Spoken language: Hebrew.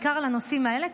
בעיקר על הנושאים האלה,